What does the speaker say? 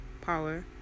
power